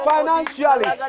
Financially